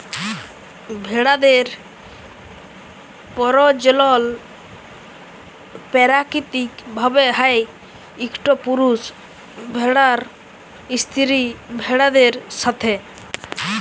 ভেড়াদের পরজলল পাকিতিক ভাবে হ্যয় ইকট পুরুষ ভেড়ার স্ত্রী ভেড়াদের সাথে